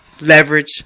leverage